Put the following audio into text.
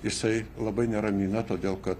jisai labai neramina todėl kad